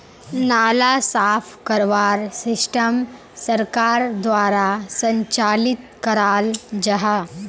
नाला साफ करवार सिस्टम सरकार द्वारा संचालित कराल जहा?